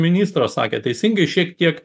ministras sakė teisingai šiek tiek